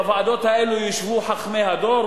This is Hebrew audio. בוועדות האלה ישבו חכמי הדור,